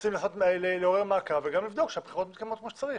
רוצים לערוך מעקב וגם לבדוק שהבחירות מתקיימות כמו שצריך.